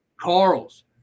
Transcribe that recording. Carls